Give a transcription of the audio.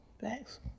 Thanks